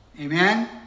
Amen